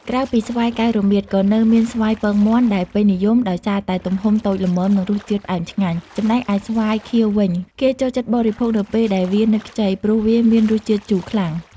ក្រៅពីស្វាយកែវរមៀត ក៏នៅមាន ស្វាយពងមាន់ ដែលពេញនិយមដោយសារតែទំហំតូចល្មម និងរសជាតិផ្អែមឆ្ងាញ់។ ចំណែកឯស្វាយខៀវវិញ គេចូលចិត្តបរិភោគនៅពេលដែលវានៅខ្ចី ព្រោះវាមានរសជាតិជូរខ្លាំង។